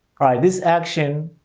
alright. this action,